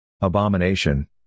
Abomination